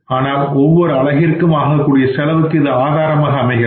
ஆனால் ஒவ்வொரு அலகிற்கும் ஆகக்கூடிய செலவுக்கு இது ஆதாரமாக அமைகிறது